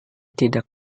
tidak